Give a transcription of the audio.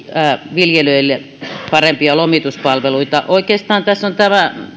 viljelijöille parempia lomituspalveluita oikeastaan tässä on tämä